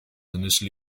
initially